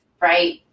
right